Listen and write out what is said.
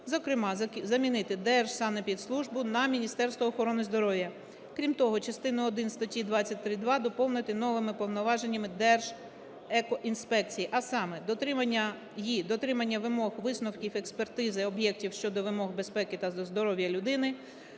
Зокрема, замінити "Держсанепідслужбу" на "Міністерство охорони здоров'я". Крім того, частину один статті 23.2 доповнити новими повноваженнями Держекоінспекції, а саме: дотримання… ї) дотримання вимог висновків експертизи об'єктів щодо вимог безпеки та здоров'я людини,